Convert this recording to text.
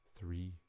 three